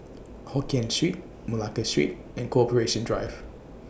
Hokien Street Malacca Street and Corporation Drive